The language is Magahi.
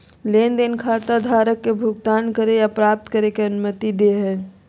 लेन देन खाता खाताधारक के भुगतान करे या प्राप्त करे के अनुमति दे हइ